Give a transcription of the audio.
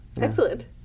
Excellent